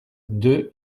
deux